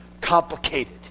complicated